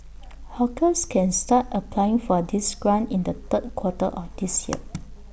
hawkers can start applying for this grant in the third quarter of this year